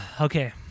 Okay